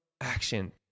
action